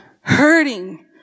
hurting